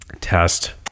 Test